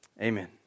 Amen